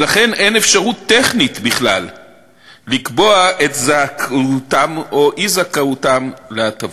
ולכן אין אפשרות טכנית בכלל לקבוע את זכאותם או אי-זכאותם להטבות.